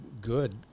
good